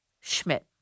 Schmidt